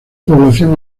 población